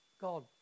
God